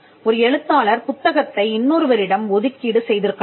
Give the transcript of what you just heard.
ஒரு எழுத்தாளர் புத்தகத்தை இன்னொருவரிடம் ஒதுக்கீடு செய்திருக்கலாம்